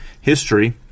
history